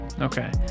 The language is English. okay